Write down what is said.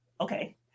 okay